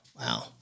Wow